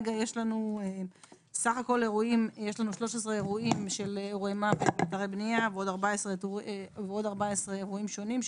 יש לנו סך הכול 13 אירועי מוות באתרי בנייה ועוד 14 אירועים שונים,